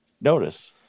notice